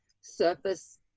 surface